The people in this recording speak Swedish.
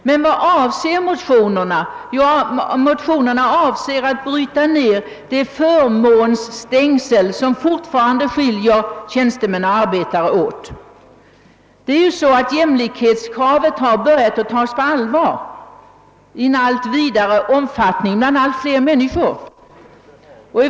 Men vad är avsikten med motionerna? Jo, motionerna avser att bryta ned de förmånsstängsel som fortfarande skiljer tjänstemän och arbetare åt. Jämlikhetskravet har i allt större utsträckning börjat tas på allvar av allt fler människor.